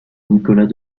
nicolas